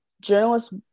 Journalists